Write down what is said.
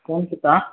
कोन किताब